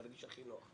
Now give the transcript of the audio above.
תרגיש הכי נוח.